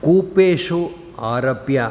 कूपेषु आरभ्य